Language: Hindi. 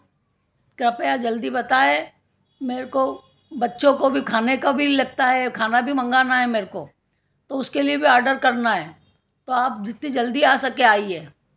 कृपया जल्दी बताएँ मेरे को बच्चों को भी खाने का भी लगता है खाना भी मँगाना है मेरे को तो उसके लिए भी ऑर्डर करना है तो आप जितनी जल्दी आ सके आइये